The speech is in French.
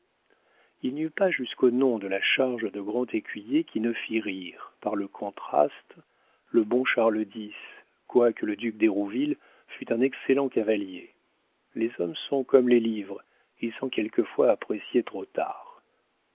il n'y eut pas jusqu'au nom de la charge de grand écuyer qui ne fît rire par le contraste le bon charles x quoique le duc d'hérouville fût un excellent cavalier les hommes sont comme les livres ils sont quelquefois appréciés trop tard